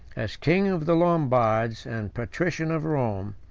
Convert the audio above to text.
as king of the lombards, and patrician of rome,